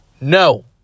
no